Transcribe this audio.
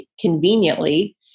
conveniently